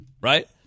right